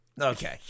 okay